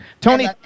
Tony